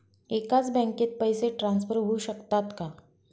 एकाच बँकेत पैसे ट्रान्सफर होऊ शकतात का?